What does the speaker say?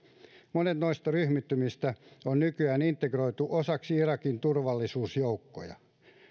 monet noista ryhmittymistä on nykyään integroitu osaksi irakin turvallisuusjoukkoja